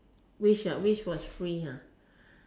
wish ah wish was free !huh!